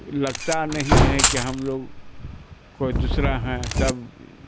لگتا نہیں ہے کہ ہم لوگ کوئی دوسرا ہیں سب